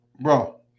bro